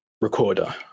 recorder